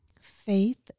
faith